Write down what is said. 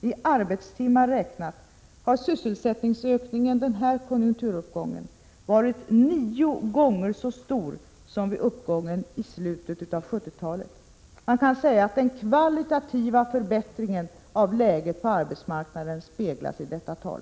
I arbetstimmar räknat har sysselsättningsökningen under den här konjunkturuppgången varit nio gånger så stor som under konjunkturuppgången i slutet av 70-talet. Man kan säga att den kvalitativa förbättringen av läget på arbetsmarknaden speglas i detta tal.